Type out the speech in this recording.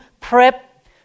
prep